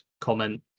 comment